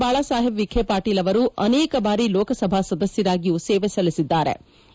ಬಾಳಸಾಹೇಬ್ ವಿಬೆ ಪಾಟೀಲ್ ಅವರು ಅನೇಕ ಬಾರಿ ಲೋಕಸಭಾ ಸದಸ್ನರಾಗಿಯೂ ಸೇವೆ ಸಲ್ಲಿಸಿದ್ಗಾರೆ